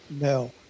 No